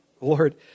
Lord